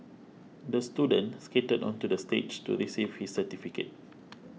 the student skated onto the stage to receive his certificate